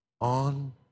on